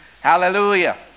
Hallelujah